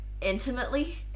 intimately